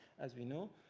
as we know.